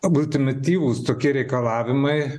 ultimatyvūs tokie reikalavimai